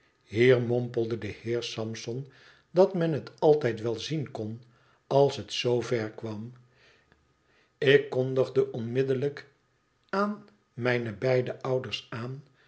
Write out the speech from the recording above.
mompelde de heer sampson dat men het altijd wel zien kon als het zoo ver kwam ik kondigde onmiddellijk aan mijne beide ouders aan